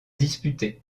disputées